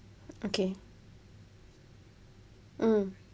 okay mm